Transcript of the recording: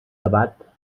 debat